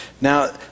Now